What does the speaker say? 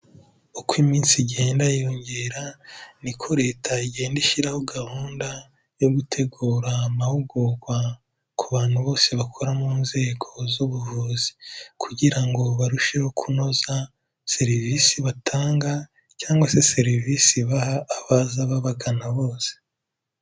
Uko iminsi igenda yiyongera, niko Leta igenda ishyiraho gahunda yo gutegura amahugurwa, ku bantu bose bakora mu nzego z'ubuvuzi kugira ngo barusheho kunoza serivisi batanga cyangwa se serivisi baha abaza babagana bose.